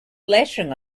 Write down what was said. lettering